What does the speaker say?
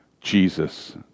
Jesus